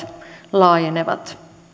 laajenevat